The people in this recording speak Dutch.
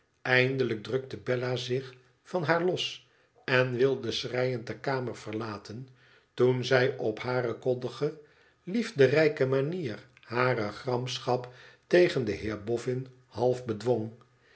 eindelijk rukte bella zich van haar los en wilde schreiend de kamer verlaten toen zij op hare koddige liefderijke manier hare gramschap tegen den heer bofïin half bedwong